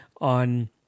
on